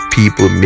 people